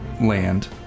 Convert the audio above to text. Land